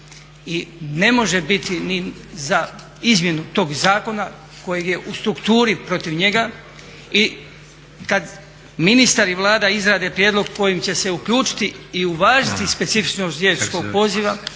i ne može biti ni za izmjenu tog zakona kojeg je u strukturi protiv njega. I kad ministar i Vlada izrade prijedlog kojim će se uključiti i uvažiti specifičnost liječničkog poziva